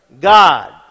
God